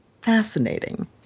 fascinating